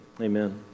Amen